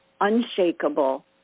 unshakable